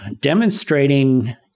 demonstrating